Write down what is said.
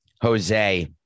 Jose